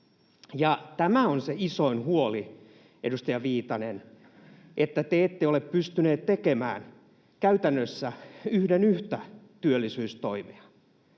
Tämä on se isoin huoli, edustaja Viitanen, että te ette ole pystyneet tekemään käytännössä yhden yhtä työllisyystoimea